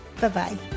Bye-bye